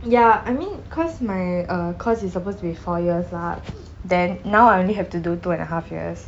ya I mean cause my uh course is supposed to be four years lah then now I only have to do two and a half years